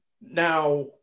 Now